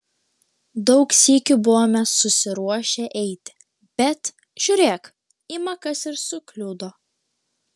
daug sykių buvome susiruošę eiti bet žiūrėk ima kas ir sukliudo